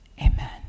Amen